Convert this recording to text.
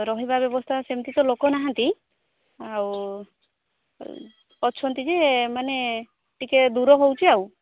ରହିବା ବ୍ୟବସ୍ଥା ସେମିତି ତ ଲୋକ ନାହାଁନ୍ତି ଆଉ ଅଛନ୍ତି ଯେ ମାନେ ଟିକେ ଦୂର ହେଉଛି ଆଉ